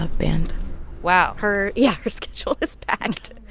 ah band wow her yeah. her schedule is packed